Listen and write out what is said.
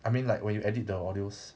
I mean like when you edit the audios